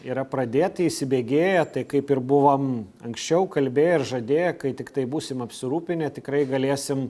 yra pradėti įsibėgėję tai kaip ir buvom anksčiau kalbėję ir žadėję kai tiktai būsim apsirūpinę tikrai galėsim